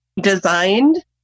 designed